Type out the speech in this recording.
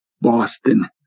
Boston